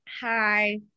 Hi